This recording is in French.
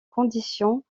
conditions